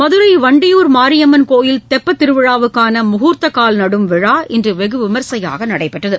மதுரை வண்டியூர் மாரியம்மன் கோயில் தெப்பத் திருவிழாவுக்கான முகூர்த்தக்கால் நடும் விழா இன்று வெகு விமரிசையாக நடைபெற்றது